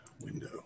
window